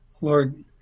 Lord